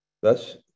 thus